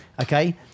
Okay